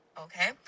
Okay